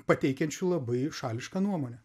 pateikiančiu labai šališką nuomonę